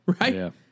right